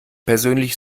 persönlich